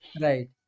right